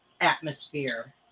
atmosphere